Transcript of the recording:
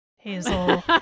Hazel